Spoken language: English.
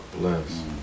bless